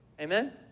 Amen